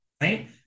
right